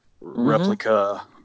replica